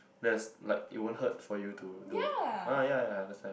there's like it won't hurt for you to do yeah yeah I understand